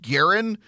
Garen